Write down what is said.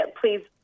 please